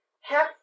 half